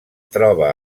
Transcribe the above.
troba